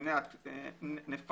חדש, אבל קיים הוא קיים לפי המפרט הקודם.